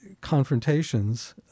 confrontations